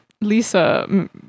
Lisa